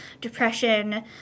depression